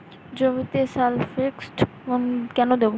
জমিতে সালফেক্স কেন দেবো?